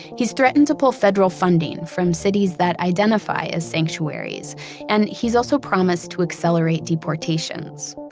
he's threatened to pull federal funding from cities that identify as sanctuaries and he's also promised to accelerate deportations.